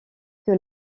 que